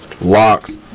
locks